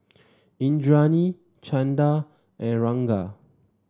Indranee Chanda and Ranga